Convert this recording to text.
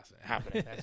happening